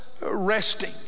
resting